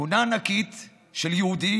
תמונה ענקית של יהודי